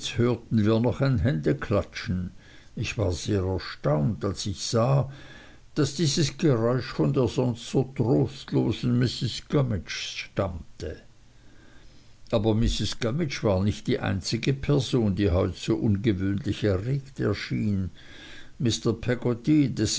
hörten wir noch ein händeklatschen ich war sehr erstaunt als ich sah daß dieses geräusch von der sonst so trostlosen mrs gummidge stammte aber mrs gummidge war nicht die einzige person die heute so ungewöhnlich erregt schien mr peggotty